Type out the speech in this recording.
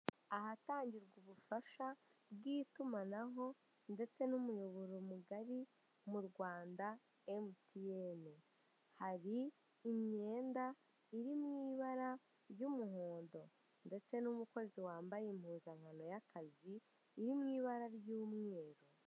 Ahatangirwa ubufasha bw'itumanaho ndetse n'umuyoboro mugari mu Rwanda emutiyene, hari imyenda iri mu ibara ry'umuhondo, ndetse n'umukozi wambaye impuzankano y'akazi iri mu ibara ry'umweru.